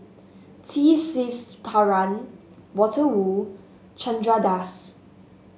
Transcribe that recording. T Sasitharan Walter Woon Chandra Das